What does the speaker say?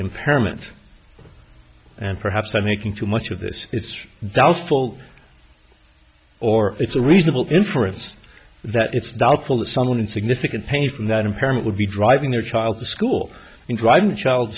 impairment and perhaps i'm making too much of this it's doubtful or it's a reasonable inference that it's doubtful that someone in significant pain from that impairment would be driving their child to school and driving a child's